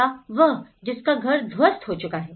या वह जिसका घर ध्वस्त हो चुका है